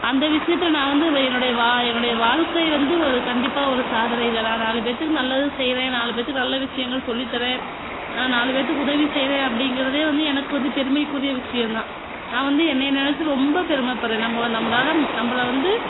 அந்த விஷயத்துல நான் வந்து வே என்னுடைய வா என்னுடைய வாழ்க்கை வந்து ஒரு கண்டிப்பாக ஒரு சாதனை தான் நான் நாலு பேத்துக்கு நல்லது செய்கிறேன் நாலு பேத்து நல்ல விஷயங்கள் சொல்லித்தறேன் நான் நாலு பேத்துக்கு உதவி செய்கிறேன் அப்படிங்கிறதே வந்து எனக்கு வந்து பெருமைக்குரிய விஷயந்தான் நான் வந்து என்னை நினச்சி ரொம்ப பெருமப்படுறேன் நம்ப வ நம்பளால் நம்பளை வந்து